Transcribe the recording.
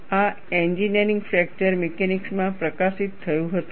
આ engineering fracture મિકેનિક્સમાં પ્રકાશિત થયું હતું